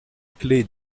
clé